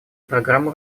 программу